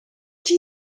qui